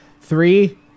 Three